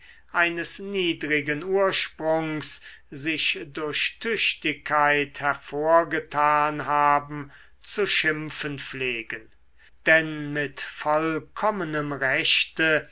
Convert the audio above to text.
eines niedrigen ursprungs sich durch tüchtigkeit hervorgetan